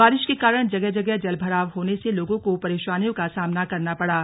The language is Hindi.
बारिश के कारण जगह जगह जलभराव होने से लोगों को परेशानियों का सामना करना पड़ा